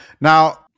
Now